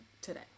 today